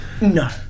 No